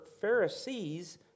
Pharisees